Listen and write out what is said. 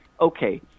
okay